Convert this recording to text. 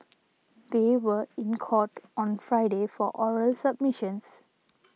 they were in court on Friday for oral submissions